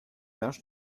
marges